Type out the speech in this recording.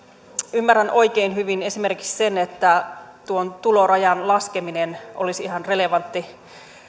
ymmärrän oikein hyvin esimerkiksi sen että tuon tulorajan laskeminen olisi ihan relevantti